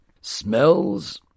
smells